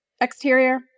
Exterior